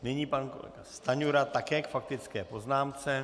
Nyní pan Stanjura také k faktické poznámce.